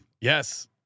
Yes